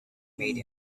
made